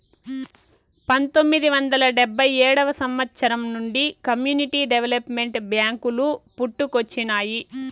పంతొమ్మిది వందల డెబ్భై ఏడవ సంవచ్చరం నుండి కమ్యూనిటీ డెవలప్మెంట్ బ్యేంకులు పుట్టుకొచ్చినాయి